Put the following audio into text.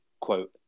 quote